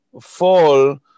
fall